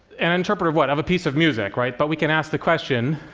an interpreter of what? of a piece of music, right? but we can ask the question,